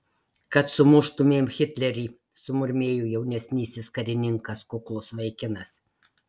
kad sumuštumėm hitlerį sumurmėjo jaunesnysis karininkas kuklus vaikinas